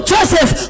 Joseph